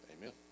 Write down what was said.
Amen